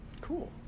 Cool